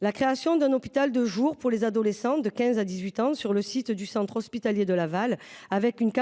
la création d’un hôpital de jour pour les adolescents de 15 ans à 18 ans sur le site du centre hospitalier de Laval, avec une